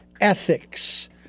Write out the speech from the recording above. ethics